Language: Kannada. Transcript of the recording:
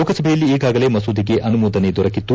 ಲೋಕಸಭೆಯಲ್ಲಿ ಈಗಾಗಲೇ ಮಸೂದೆ ಅನುಮೋದನೆ ದೊರಕಿತ್ತು